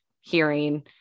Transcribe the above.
hearing